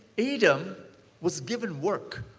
adam was given work.